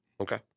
Okay